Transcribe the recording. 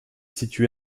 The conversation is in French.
situé